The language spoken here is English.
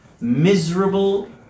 miserable